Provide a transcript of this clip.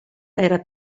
era